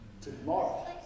Tomorrow